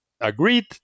Agreed